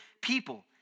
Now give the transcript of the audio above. people